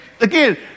again